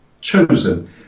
chosen